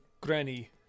granny